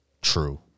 True